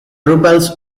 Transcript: rebels